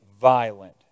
violent